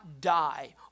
die